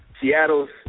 Seattle's